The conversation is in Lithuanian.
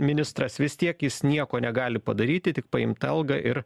ministras vis tiek jis nieko negali padaryti tik paimt algą ir